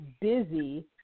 busy